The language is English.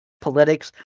Politics